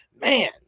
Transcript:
man